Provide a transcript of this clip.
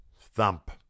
thump